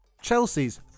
chelsea's